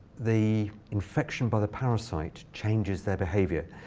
the infection by the parasite changes their behavior.